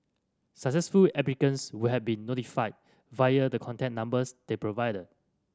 successful applicants would have been notified via the contact numbers they provided